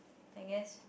I guess